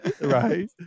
Right